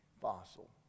fossil